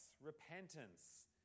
repentance